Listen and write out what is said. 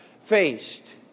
faced